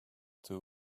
too